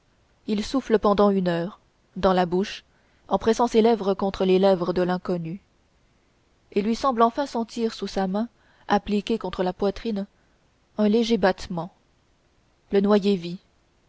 il souffle pendant une heure dans la bouche en pressant ses lèvres contre les lèvres de l'inconnu il lui semble enfin sentir sous sa main appliquée contre la poitrine un léger battement le noyé vit